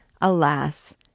Alas